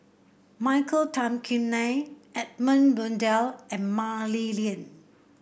Michael Tan Kim Nei Edmund Blundell and Mah Li Lian